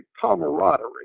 camaraderie